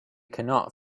cannot